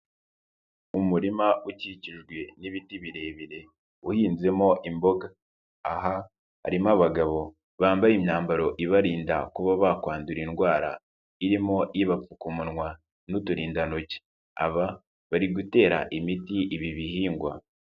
Umurima ukikijwe n'ibti birebire uhinzemo imboga, aha harimo abagabo bambaye imyambaro ibarinda kuba bakwandura indwara, irimo ibapfuka umunwa n'uturinda ntoki, aba bari gutera imiti ibi bihingwa.